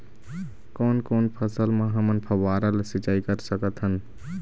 कोन कोन फसल म हमन फव्वारा ले सिचाई कर सकत हन?